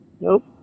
Nope